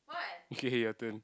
okay your turn